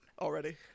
already